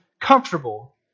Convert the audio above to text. comfortable